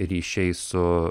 ryšiai su